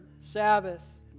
Sabbath